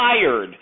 tired